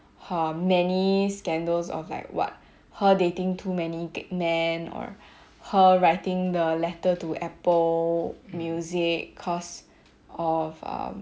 her many scandals of like what her dating too many men or her writing the letter to apple music because of um